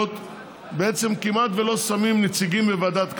בעצם כמעט ולא שמות נציגים לוועדת קלפי,